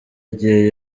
igihe